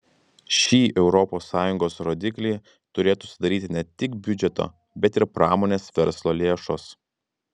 šį europos sąjungos rodiklį turėtų sudaryti ne tik biudžeto bet ir pramonės verslo lėšos